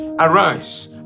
Arise